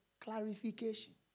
clarification